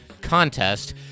contest